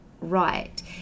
right